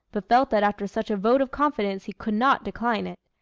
but felt that after such a vote of confidence he could not decline it.